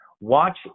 watch